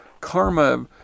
karma